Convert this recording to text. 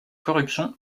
corruption